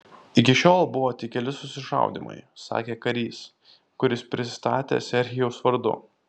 iki šiol buvo tik keli susišaudymai sakė karys kuris prisistatė serhijaus vardu